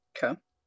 Okay